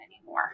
anymore